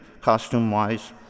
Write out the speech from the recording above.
costume-wise